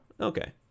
okay